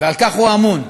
ועל כך הוא אמון.